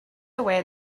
away